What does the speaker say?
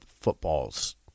football's